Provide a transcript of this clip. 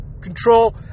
control